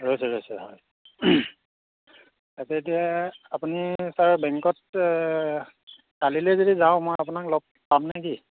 ৰৈছে ৰৈছে হয় তাতে এতিয়া আপুনি ছাৰ বেংকত কালিলৈ যদি যাওঁ মই আপোনাক লগ পাম নেকি